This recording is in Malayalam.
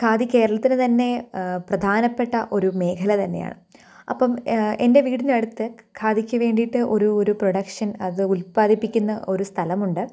ഖാദി കേരളത്തിലെ തന്നെ പ്രധാനപ്പെട്ട ഒരു മേഖല തന്നെയാണ് അപ്പോള് എൻ്റെ വീടിനടുത്ത് ഖാദിക്ക് വേണ്ടിയിട്ട് ഒരു ഒരു പ്രൊഡക്ഷൻ അത് ഉൽപാദിപ്പിക്കുന്ന ഒരു സ്ഥലമുണ്ട്